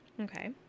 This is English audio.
Okay